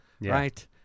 Right